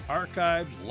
archived